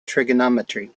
trigonometry